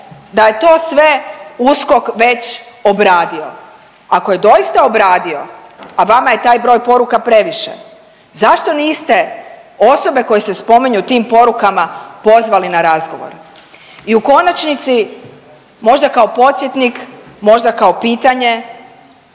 da je to sve USKOK već obradio? Ako je doista obradio, a vama je taj broj poruka previše zašto niste osobe koje se spominju u tim porukama pozvali na razgovor? I u konačnici možda kao podsjetnik, možda kao pitanje